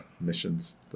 missions